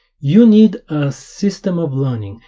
you need a system of learning,